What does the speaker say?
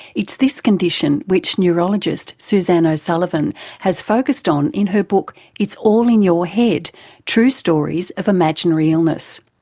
it's this condition which neurologist suzanne o'sullivan has focussed on in her book it's all in your head true stories of imaginary illness.